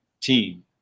team